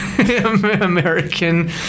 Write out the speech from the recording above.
American